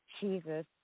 Jesus